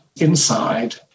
inside